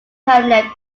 hamlet